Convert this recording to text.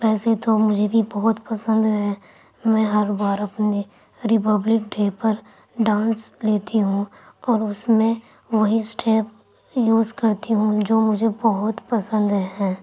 ویسے تو مجھے بھی بہت پسند ہے میں ہر بار اپنی ریپبلک ڈے پر ڈانس لیتی ہوں اور اُس میں وہی اسٹپ یوز کرتی ہوں جو مجھے بہت پسند ہیں